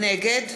נגד